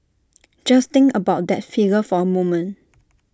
just think about that figure for A moment